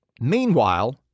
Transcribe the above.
Meanwhile